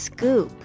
Scoop